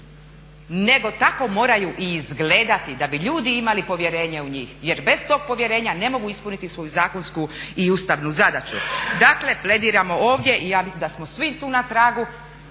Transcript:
nego tako moraju i izgledati da bi ljudi imali povjerenje u njih jer bez tog povjerenja ne mogu ispuniti svoju zakonsku i ustavnu zadaću. Dakle, plediramo ovdje i ja mislim da smo svi tu na tragu